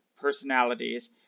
personalities